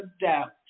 doubt